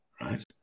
right